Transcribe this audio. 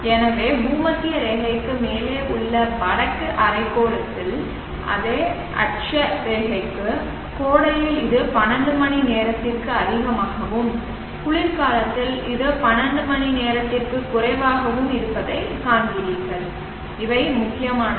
எனவே பூமத்திய ரேகைக்கு மேலே உள்ள வடக்கு அரைக்கோளத்தில் அதே அட்சரேகைக்கு கோடையில் இது 12 மணி நேரத்திற்கும் அதிகமாகவும் குளிர்காலத்தில் இது 12 மணி நேரத்திற்கும் குறைவாகவும் இருப்பதைக் காண்கிறீர்கள் இவை முக்கியமானவை